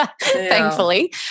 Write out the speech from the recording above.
thankfully